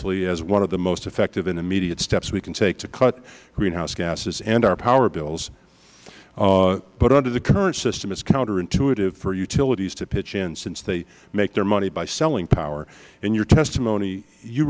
y as one of the most effective and immediate steps we can take to cut greenhouse gases and our power bills but under the current system it is counterintuitive for utilities to pitch in since they make their money by selling power in your testimony you